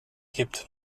gibt